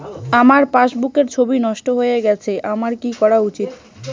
আমার পাসবুকের ছবি নষ্ট হয়ে গেলে আমার কী করা উচিৎ?